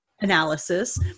analysis